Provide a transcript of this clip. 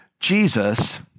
Jesus